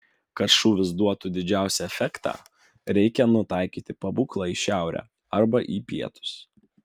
kad šūvis duotų didžiausią efektą reikia nutaikyti pabūklą į šiaurę arba į pietus